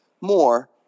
more